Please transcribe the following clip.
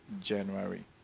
January